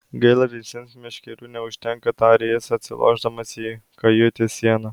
gaila visiems meškerių neužtenka tarė jis atsilošdamas į kajutės sieną